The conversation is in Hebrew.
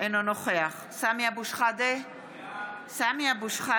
אינו נוכח סמי אבו שחאדה, בעד